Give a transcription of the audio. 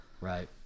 Right